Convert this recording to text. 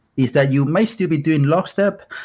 is that you may still be doing lockstep,